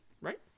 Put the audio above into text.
Right